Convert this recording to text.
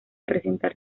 presentar